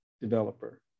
developer